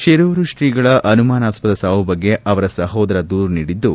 ಶೀರೂರು ಶ್ರೀಗಳ ಅನುಮಾನಸ್ಪದ ಸಾವು ಬಗ್ಗೆ ಅವರ ಸಹೋದರ ದೂರು ನೀಡಿದ್ದು